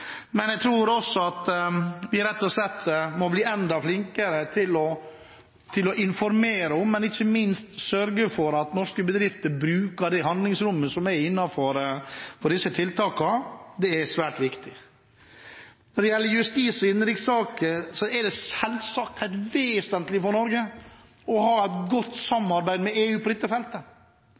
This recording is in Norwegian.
men jeg tror også at vi rett og slett må bli enda flinkere til å informere og ikke minst sørge for at norske bedrifter bruker det handlingsrommet som er innenfor disse tiltakene. Det er svært viktig. Når det gjelder justis- og innenrikssaker, er det selvsagt helt vesentlig for Norge å ha et godt samarbeid med EU på dette feltet,